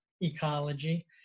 ecology